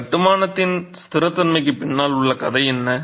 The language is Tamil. இந்த கட்டுமானத்தின் ஸ்திரத்தன்மைக்கு பின்னால் உள்ள கதை என்ன